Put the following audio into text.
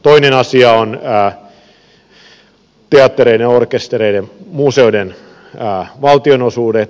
toinen asia on teattereiden orkestereiden museoiden valtionosuudet